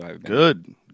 Good